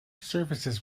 services